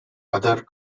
other